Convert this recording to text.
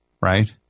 right